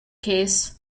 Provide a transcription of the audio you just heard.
case